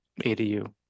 adu